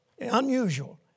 unusual